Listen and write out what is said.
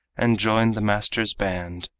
and joined the master's band.